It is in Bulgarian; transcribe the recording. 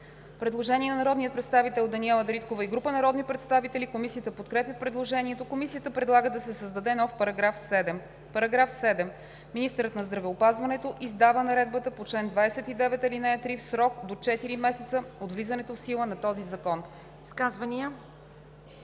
Предложение на народния представител Даниела Дариткова и група народни представители. Комисията подкрепя предложението. Комисията предлага да се създаде нов § 7: „§ 7. Министърът на здравеопазването издава наредбата по чл. 29, ал. 3 в срок до 4 месеца от влизането в сила на този закон.“